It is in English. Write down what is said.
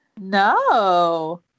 no